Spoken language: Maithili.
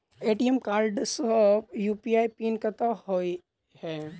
ए.टी.एम कार्ड मे यु.पी.आई पिन कतह होइ है?